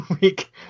week